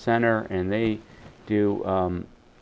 center and they do